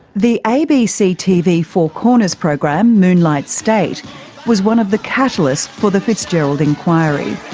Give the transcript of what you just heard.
the abc tv four corners program moonlight state was one of the catalysts for the fitzgerald inquiry